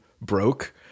broke